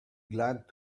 glad